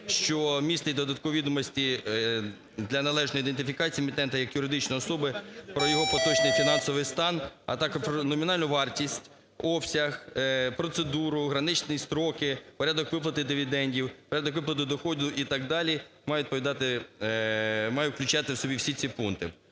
що містить додаткові відомості для належної ідентифікації емітента як юридичної особи про його поточний фінансовий стан, а також про номінанту вартість, обсяг, процедуру, граничні строки, порядок виплати дивідендів, порядок виплати доходу і так далі, має відповідати… має включати в собі всі ці пункти.